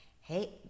hey